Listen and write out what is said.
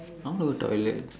I want to go toilet